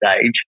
stage